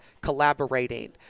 collaborating